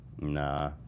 Nah